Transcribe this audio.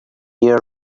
year